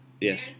yes